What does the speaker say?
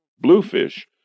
bluefish